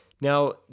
Now